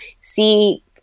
see